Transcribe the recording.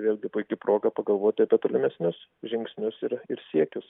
vėlgi puiki proga pagalvoti apie tolimesnius žingsnius ir ir siekius